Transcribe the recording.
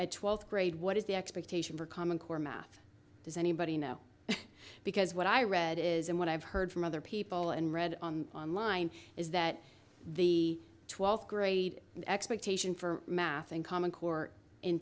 a twelfth grade what is the expectation for common core math does anybody know because what i read is and what i've heard from other people and read online is that the twelfth grade expectation for math and common core in